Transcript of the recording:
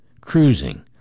cruising